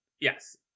Yes